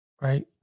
right